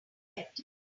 yet